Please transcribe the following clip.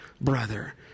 Brother